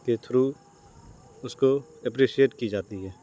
کے تھرو اس کو ایپریشیٹ کی جاتی ہے